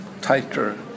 tighter